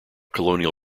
colonial